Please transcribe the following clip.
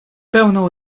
pełną